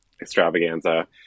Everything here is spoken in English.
extravaganza